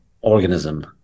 organism